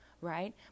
Right